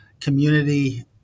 community